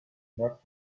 not